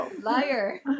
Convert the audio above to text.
Liar